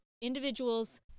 individuals